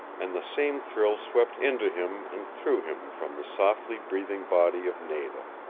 and the same thrill swept into him and through him from the softly breathing body of nada.